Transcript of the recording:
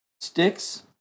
Sticks